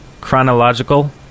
Chronological